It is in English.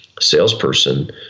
salesperson